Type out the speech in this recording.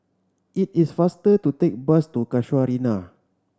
it is faster to take bus to Casuarina